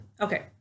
Okay